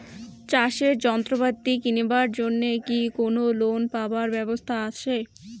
চাষের যন্ত্রপাতি কিনিবার জন্য কি কোনো লোন পাবার ব্যবস্থা আসে?